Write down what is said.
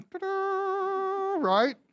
Right